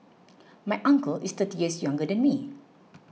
my uncle is thirty years younger than me